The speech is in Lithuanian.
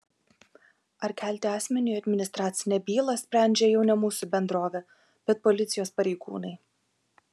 ar kelti asmeniui administracinę bylą sprendžia jau ne mūsų bendrovė bet policijos pareigūnai